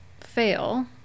fail